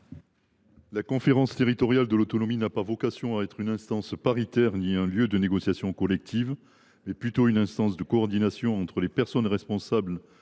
La conférence territoriale de l’autonomie a vocation à être non pas une instance paritaire ou un lieu de négociation collective, mais plutôt une instance de coordination entre les personnes responsables